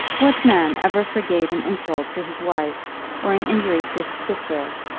what man ever forgave an insult to his wife or an injury to his sister,